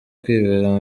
kwibera